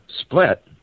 split